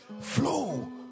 Flow